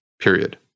period